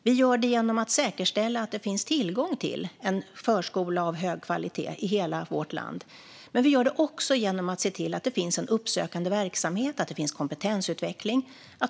Vi gör det genom att säkerställa att det finns tillgång till en förskola av hög kvalitet i hela vårt land, men vi gör det också genom att se till att det finns en uppsökande verksamhet och kompetensutveckling.